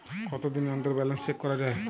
কতদিন অন্তর balance check করা য়ায়?